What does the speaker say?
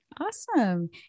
Awesome